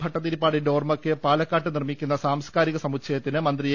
ഭട്ടതിരിപ്പാടിന്റെ ഓർമയ്ക്ക് പാലക്കാട് നിർമിക്കുന്ന സാംസ്ക്കാരിക സമുച്ചയത്തിന് മന്ത്രി എ